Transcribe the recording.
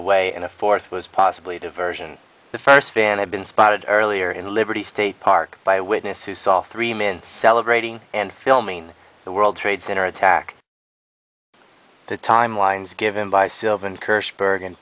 away and a fourth was possibly diversion the first van had been spotted earlier in liberty state park by a witness who saw three men celebrating and filming the world trade center attack the timelines given by sylvan kirsch bergen